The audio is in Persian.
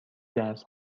درس